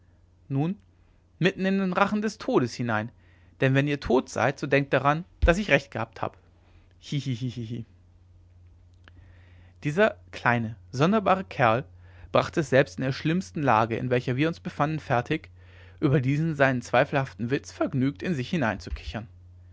nun mitten in den rachen des todes hinein dann wenn ihr tot seid so denkt daran daß ich recht gehabt habe hihihihi dieser kleine sonderbare kerl brachte es selbst in der schlimmen lage in welcher wir uns befanden fertig über diesen seinen zweifelhaften witz vergnügt in sich